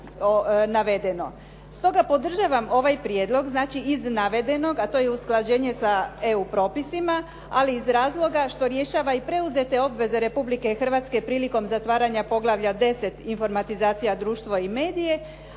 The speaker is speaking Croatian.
Stoga podržavam ovaj prijedlog, znači iz navedenog, a to je usklađenje sa EU propisima, a iz razloga što rješava i preuzete obveze Republike Hrvatske prilikom zatvaranja poglavlja 10. - Informatizacija, društvo i medije,